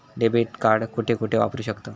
Debit card कुठे कुठे वापरू शकतव?